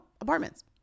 apartments